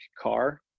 car